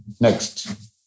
Next